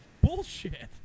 Bullshit